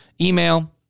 email